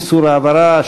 איסור העברה,